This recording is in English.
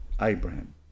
Abraham